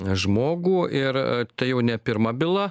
žmogų ir a tai jau ne pirma byla